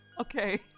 Okay